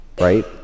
right